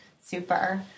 Super